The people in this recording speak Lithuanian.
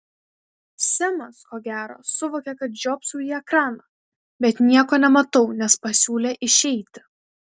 semas ko gero suvokė kad žiopsau į ekraną bet nieko nematau nes pasiūlė išeiti